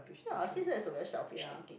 ya I think that is a very selfish thinking